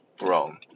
wrong